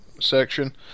section